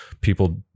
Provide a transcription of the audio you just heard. people